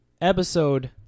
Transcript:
episode